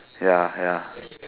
ya ya